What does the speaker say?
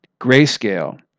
Grayscale